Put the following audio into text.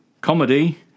comedy